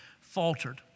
faltered